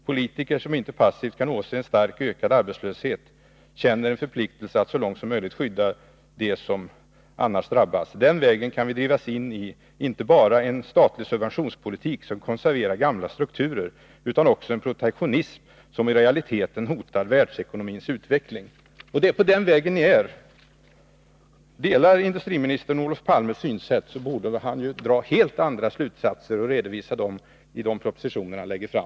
Politiker som inte passivt kan åse en starkt ökad 40 arbetslöshet känner en förpliktelse att så långt möjligt skydda de som annars drabbas. Den vägen kan bedrivas in inte bara en statlig subventionspolitik som konserverar gamla strukturer utan också en protektionism som i realiteten hotar världsekonomins utveckling.” Det är på den vägen ni är. Delar industriministern Olof Palmes synsätt, borde han dra helt andra slutsatser och redovisa dem i de propositioner han lägger fram.